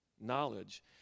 knowledge